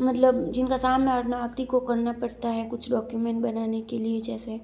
मतलब जिनका सामना आमना आप ही करना पड़ता है कुछ डॉक्यूमेंट बनाने के लिए जैसे